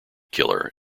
killer